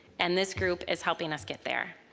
and this group is helping us get there.